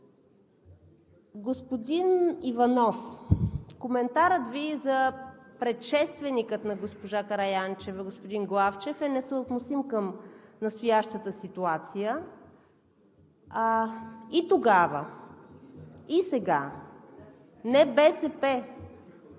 Господин Иванов, коментарът Ви за предшественика на госпожа Караянчева – господин Главчев, е несъотносим към настоящата ситуация. И тогава, и сега не БСП